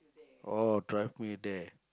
oh drive me there